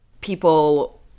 people